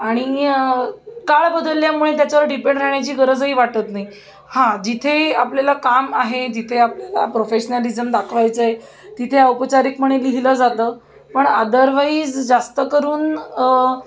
आणि काळ बदलल्यामुळे त्याच्यावर डिपेंड राहण्याची गरजही वाटत नाही हां जिथे आपल्याला काम आहे जिथे आपल्याला प्रोफेशनॅलिजम दाखवायचा आहे तिथे औपचारिकपणे लिहिलं जातं पण अदरवाईज जास्त करून